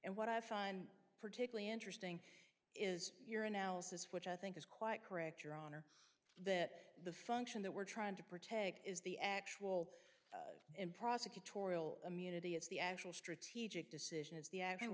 and what i find particularly interesting is your analysis which i think is quite correct your honor that the function that we're trying to protect is the actual in prosecutorial immunity it's the actual strategic decision is the act